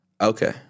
Okay